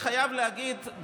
אבל אני חייב להגיד,